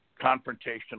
confrontation